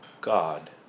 God